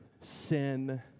sin